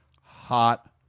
hot